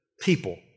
people